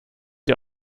ihr